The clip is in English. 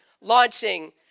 launching